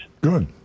Good